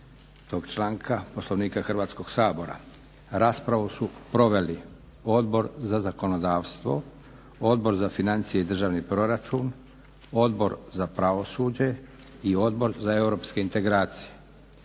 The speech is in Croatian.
članka Poslovnika Hrvatskog sabora. Raspravu su proveli Odbor za zakonodavstvo, Odbor za financije i državni proračun, Odbor za pravosuđe i Odbor za europske integracije.